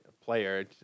player